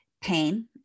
pain